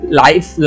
life